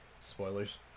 Spoilers